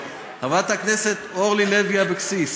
חברת הכנסת אורלי לוי אבקסיס,